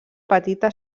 petita